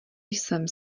jsem